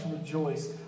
rejoice